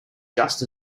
just